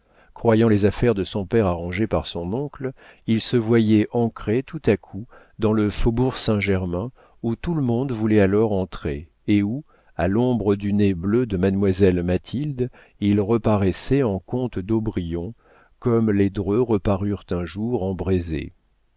croyant les affaires de son père arrangées par son oncle il se voyait ancré tout à coup dans le faubourg saint-germain où tout le monde voulait alors entrer et où à l'ombre du nez bleu de mademoiselle mathilde il reparaissait en comte d'aubrion comme les dreux reparurent un jour en